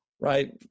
right